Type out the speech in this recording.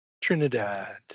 Trinidad